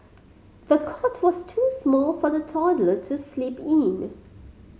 the cot was too small for the toddler to sleep in